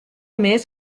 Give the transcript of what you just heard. més